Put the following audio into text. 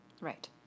Right